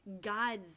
God's